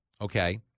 okay